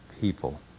people